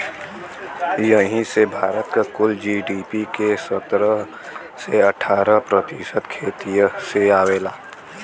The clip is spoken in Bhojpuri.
यही से भारत क कुल जी.डी.पी के सत्रह से अठारह प्रतिशत खेतिए से आवला